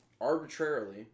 arbitrarily